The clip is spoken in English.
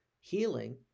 healing